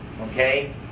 okay